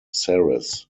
ceres